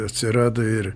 atsirado ir